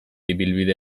ibilbide